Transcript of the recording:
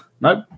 nope